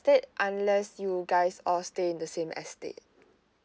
unless you guys all stay in the same estate